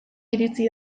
iritsi